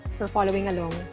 for following along.